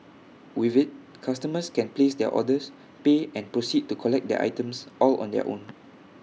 with IT customers can place their orders pay and proceed to collect their items all on their own